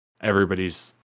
everybody's